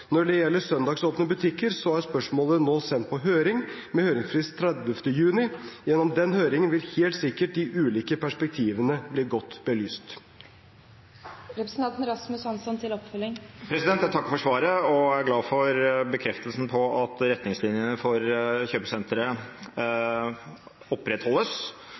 Når det gjelder søndagsåpne butikker, er spørsmålet nå sendt på høring med høringsfrist 30. juni. Gjennom den høringen vil helt sikkert de ulike perspektivene bli godt belyst. Jeg takker for svaret, og er glad for bekreftelsen på at retningslinjene for kjøpesentre opprettholdes.